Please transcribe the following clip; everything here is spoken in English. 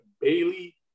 Bailey